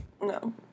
No